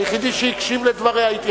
היחידי שהקשיב לדבריה הוא אני.